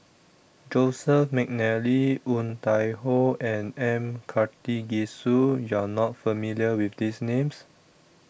Joseph Mcnally Woon Tai Ho and M Karthigesu YOU Are not familiar with These Names